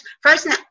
first